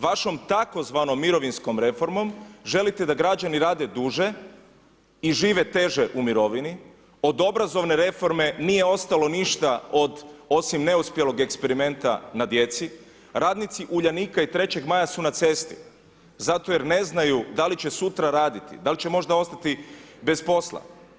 Vašom takozvanom mirovinskom reformom, želite da građani rade duže i žive teže u mirovini, od obrazovne reforme nije ostalo ništa, od, osim neuspjelog eksperimenta na djeci, radnici Uljanike i 3. Maja su na cesti, zato jer ne znaju da li će sutra raditi, dal' će možda ostati bez posla.